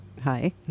hi